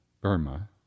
Burma